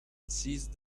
seized